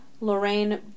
Lorraine